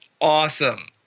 awesome